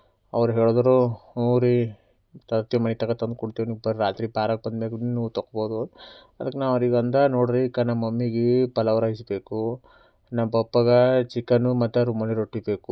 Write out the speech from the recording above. ಅವ್ರು ಹೇಳಿದ್ರು ಹ್ಞೂಂ ರೀ ತರ್ತೀವಿ ಮನೆತನಾ ತಂದು ಕೊಡ್ತೇವೆ ನೀವು ಬರೋ ರಾತ್ರಿ ಬಂದಮ್ಯಾಗಲೂ ನೀವು ತೊಗೊಬೋದು ಅದಕ್ಕೆ ನಾ ಅವ್ರಿಗಂದೆ ನೋಡ್ರಿ ಈಗ ನಮ್ಮ ಮಮ್ಮಿಗೆ ಪಲಾವು ರೈಸ್ ಬೇಕು ನಮ್ಮ ಪಪ್ಪಗೆ ಚಿಕನು ಮತ್ತು ರುಮಾಲಿ ರೋಟಿ ಬೇಕು